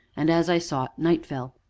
and, as i sought, night fell,